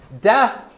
Death